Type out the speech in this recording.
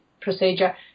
procedure